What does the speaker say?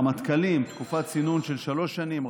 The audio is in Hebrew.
הרמטכ"לים לתקופת צינון של שלוש שנים,